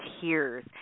tears